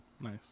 Nice